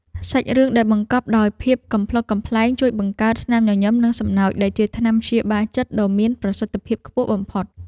សាច់រឿងដែលបង្កប់ដោយភាពកំប្លុកកំប្លែងជួយបង្កើតស្នាមញញឹមនិងសំណើចដែលជាថ្នាំព្យាបាលចិត្តដ៏មានប្រសិទ្ធភាពខ្ពស់បំផុត។